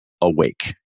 awake